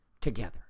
together